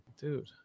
Dude